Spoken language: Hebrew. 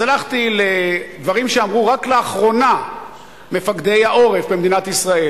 אז הלכתי לדברים שאמרו רק לאחרונה מפקדי העורף במדינת ישראל.